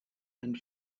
and